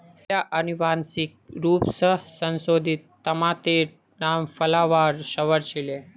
पहिला अनुवांशिक रूप स संशोधित तमातेर नाम फ्लावर सवर छीले